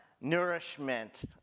nourishment